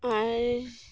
ᱟᱨ